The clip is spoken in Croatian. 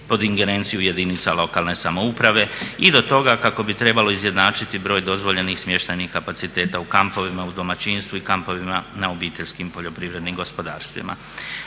pod ingerenciju jedinica lokalne samouprave i do toga kako bi trebalo izjednačiti broj dozvoljenih smještajnih kapaciteta u kampovima u domaćinstvu i kampovima na obiteljskim poljoprivrednim gospodarstvima.